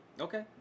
Okay